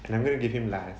and I'm going to give him last